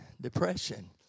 Depression